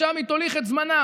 לשם היא תוליך את זמנה.